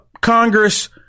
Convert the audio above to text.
Congress